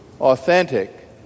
authentic